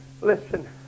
Listen